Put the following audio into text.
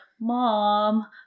Mom